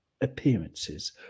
appearances